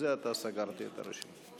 זה עתה סגרתי את הרשימה.